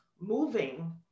moving